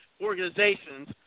organizations